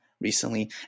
recently